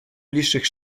bliższych